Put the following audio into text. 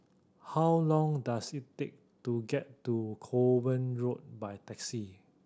how long does it take to get to Kovan Road by taxi